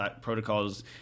protocols